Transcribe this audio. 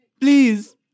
Please